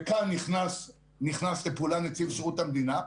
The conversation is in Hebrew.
וכאן נכנס לפעולה נציב שירות המדינה.